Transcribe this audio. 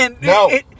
No